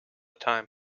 time